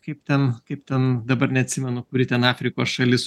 kaip ten kaip ten dabar neatsimenu kuri ten afrikos šalis